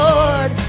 Lord